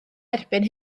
erbyn